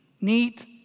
neat